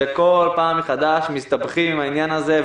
ובכל פעם מחדש מסתבכים עם העניין הזה,